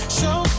show